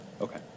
Okay